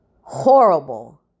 horrible